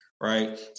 right